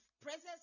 presence